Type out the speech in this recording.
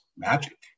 magic